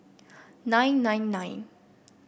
nine nine nine